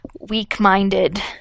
weak-minded